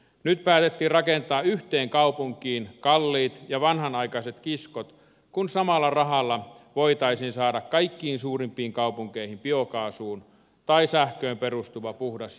nyt päätettiin rakentaa yhteen kaupunkiin kalliit ja vanhanaikaiset kiskot kun samalla rahalla voitaisiin saada kaikkiin suurimpiin kaupunkeihin biokaasuun tai sähköön perustuva puhdas joukkoliikenne